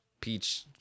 Peach